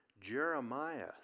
Jeremiah